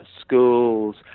schools